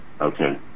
Okay